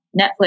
Netflix